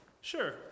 Sure